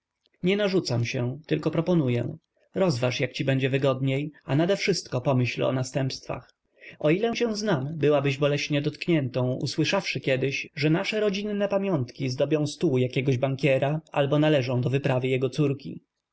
nie narzucam się tylko proponuję rozważ jak ci będzie wygodniej a nadewszystko pomyśl o następstwach o ile cię znam byłabyś boleśnie dotkniętą usłyszawszy kiedyś że nasze rodzinne pamiątki zdobią stół jakiego bankiera albo należą do wyprawy jego córki